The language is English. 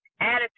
attitude